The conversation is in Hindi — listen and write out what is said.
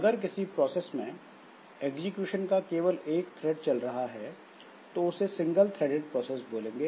अगर किसी प्रोसेस में एग्जीक्यूशन का केवल एक थ्रेड चल रहा है तो उसे सिंगल थ्रेडेड प्रोसेस बोलेंगे